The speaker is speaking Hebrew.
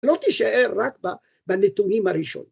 ‫לא תישאר רק בנתונים הראשונים.